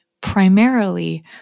primarily